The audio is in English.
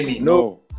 no